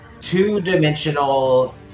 two-dimensional